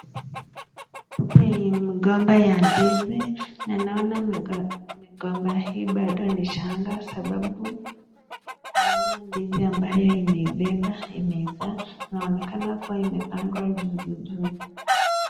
Hii ni migomba ya ndizi na ninaona migomba hii bado ni changa sababu ninaona ndizi ambayo imebeba na imejaa. Inaonekana kuwa imepandwa juzi juzi.